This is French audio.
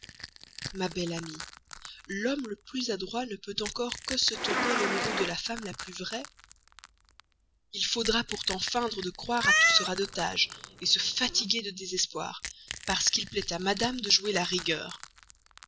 ma belle amie l'homme le plus adroit ne peut encore que se tenir au courant de la femme la plus vraie il faudra pourtant feindre de croire à tout ce radotage se fatiguer de désespoir parce qu'il plaît à madame de jouer la rigueur